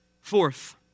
Fourth